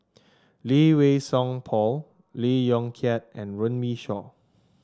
Lee Wei Song Paul Lee Yong Kiat and Runme Shaw